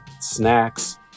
snacks